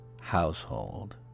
household